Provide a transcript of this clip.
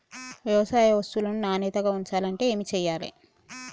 వ్యవసాయ వస్తువులను నాణ్యతగా ఉంచాలంటే ఏమి చెయ్యాలే?